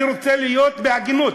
אני רוצה להיות הוגן.